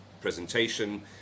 presentation